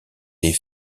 des